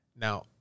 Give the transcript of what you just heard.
Now